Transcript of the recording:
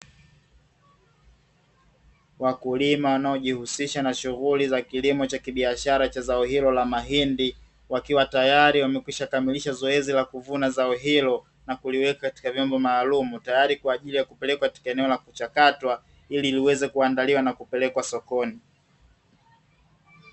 Wakulima wanaojihusisha na shughuli za kilimo cha kibiashara cha zao hilo la mahindi, wakiwa tayari wamekwishakamilisha zoezi la kuvuna zao hilo na kuliweka katika vyombo maalumu, tayari kwa ajili ya kupelekwa katika eneo la kuchakatwa ili liweze kuandaliwa na kupelekwa sokoni.